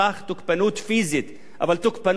אבל תוקפנות במובן המלא של המלה.